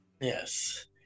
Yes